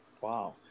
Wow